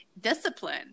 discipline